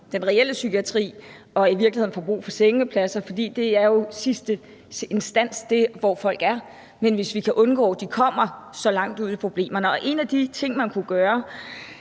den reelle psykiatri og i virkeligheden får brug for sengepladser, for det er jo sidste instans. Det er der, hvor folk er, men måske vi kan undgå, at de kommer så langt ud i problemerne. Lige nu kan vi se, at der er børn,